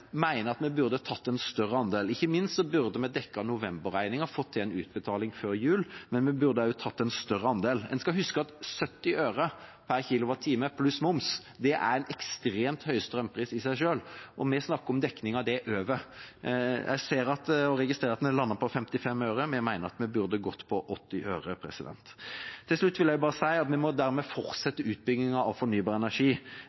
at vi burde tatt en større andel. Ikke minst burde vi dekket novemberregningen og fått til en utbetaling før jul, men vi burde også tatt en større andel. En skal huske at 70 øre per kilowattime pluss moms er en ekstremt høy strømpris i seg selv, og vi snakker om dekning av det over. Jeg ser og registrerer at en har landet på 55 øre. Vi mener at vi burde gått for 80 øre. Til slutt vil jeg bare si at vi dermed må